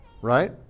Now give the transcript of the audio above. Right